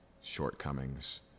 shortcomings